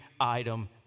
item